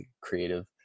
creative